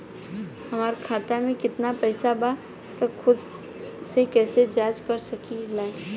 हमार खाता में केतना पइसा बा त खुद से कइसे जाँच कर सकी ले?